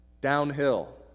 downhill